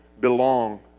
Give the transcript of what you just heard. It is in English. belong